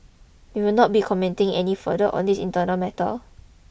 we will not be commenting any further on this internal matter